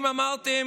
כנסת נכבדה,